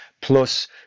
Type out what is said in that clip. plus